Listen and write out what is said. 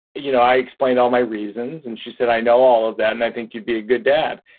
you know, i explained all my reasons and she said, i know all of that and i think you'd be a good dad.